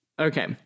okay